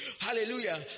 hallelujah